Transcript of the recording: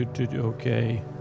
Okay